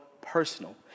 personal